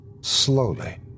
Slowly